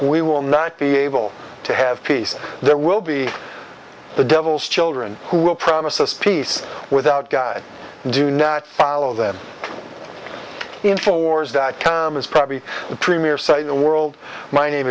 will not be able to have peace there will be the devil's children who will promise us peace without god do not follow them in force dot com is probably the premier site in the world my name